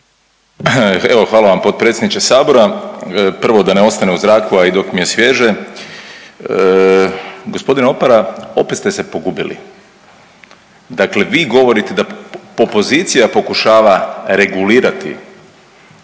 hvala vam potpredsjedniče sabora. Prvo da ne ostane u zraku, a i dok mi je svježe, g. Opara opet ste se pogubili, dakle vi govorite da opozicija pokušava regulirati